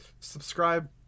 Subscribe